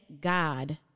God